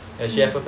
mm